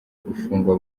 gufungwa